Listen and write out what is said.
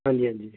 ਹਾਂਜੀ ਹਾਂਜੀ